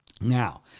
Now